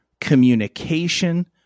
communication